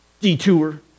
detour